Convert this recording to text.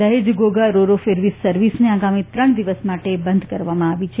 દહેજ Ghogha ro ro ferry સર્વિસને આગામી ત્રણ દિવસ માટે બંધ કરવામાં આવી છે